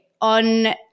on